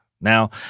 Now